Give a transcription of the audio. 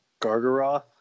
Gargaroth